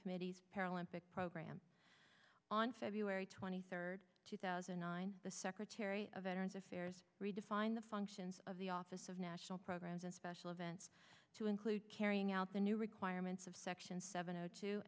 committee's paralympic program on february twenty third two thousand and nine the secretary of veterans affairs redefined the functions of the office of national programs and special events to include carrying out the new requirements of section seven zero two